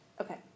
okay